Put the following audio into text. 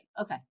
okay